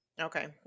Okay